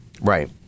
right